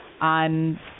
on